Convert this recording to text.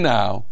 now